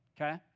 okay